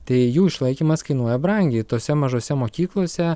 tai jų išlaikymas kainuoja brangiai tose mažose mokyklose